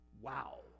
wow